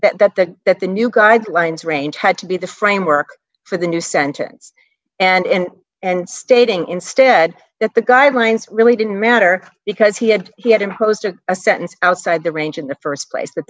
mistake that that that the new guidelines range had to be the framework for the new sentence and and stating instead that the guidelines really didn't matter because he had he had imposed a sentence outside the range in the st place the